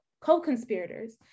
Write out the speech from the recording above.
co-conspirators